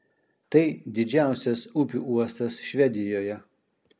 tai didžiausias upių uostas švedijoje